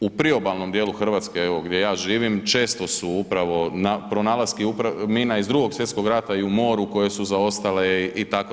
U priobalnom dijelu Hrvatske evo gdje ja živim često su upravo pronalasci mina iz Drugog svjetskog rata i u moru koje su zaostale i tako.